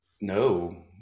No